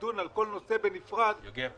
ולדון על כל נושא בנפרד זה